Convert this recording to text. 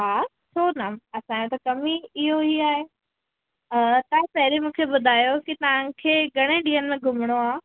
हा छो न असांजा त कमु ई इहेई आहे ऐं अदा पहरियों मूंखे इहो ॿुधायो की तव्हांखे घणे ॾींहनि लाइ घुमणो आहे